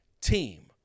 team